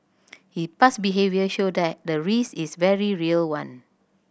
his past behaviour show that the risk is very real one